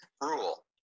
rule